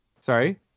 sorry